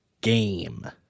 game